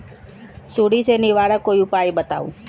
सुडी से निवारक कोई उपाय बताऊँ?